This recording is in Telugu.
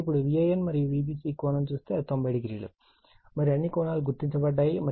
కాబట్టి ఇప్పుడు Van మరియు Vbc కోణం చూస్తే అది 90o మరియు అన్ని కోణాలు గుర్తించబడ్డాయి